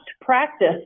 practice